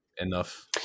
Enough